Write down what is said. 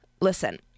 Listen